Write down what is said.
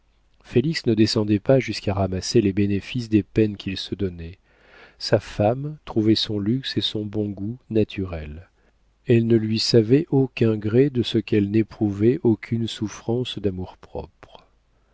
félix ne descendait pas jusqu'à ramasser les bénéfices des peines qu'il se donnait sa femme trouvait son luxe et son bon goût naturels elle ne lui savait aucun gré de ce qu'elle n'éprouvait aucune souffrance